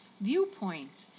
viewpoints